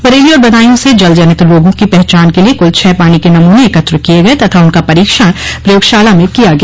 बरेली और बदायूं से जलजनित रोगों की पहचान के लिए कुल छह पानी के नमूने एकत्र किये गये तथा उनका परीक्षण प्रयोगशाला में किया गया